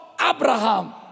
Abraham